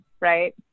right